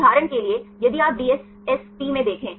उदाहरण के लिए यदि आप DSSP में देखें